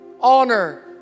honor